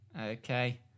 Okay